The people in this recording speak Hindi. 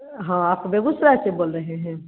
हाँ आप बेगूसराय से बोल रहे हैं